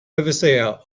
overseer